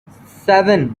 seven